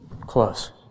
close